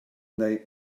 neu